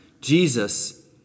Jesus